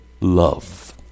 love